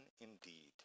indeed